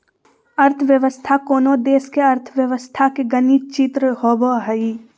अर्थव्यवस्था कोनो देश के अर्थव्यवस्था के गणित चित्र होबो हइ